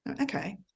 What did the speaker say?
Okay